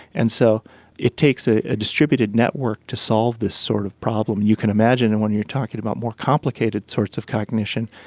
and so it takes a ah distributed network to solve this sort of problem. you can imagine and when you're talking about more complicated sorts of cognition,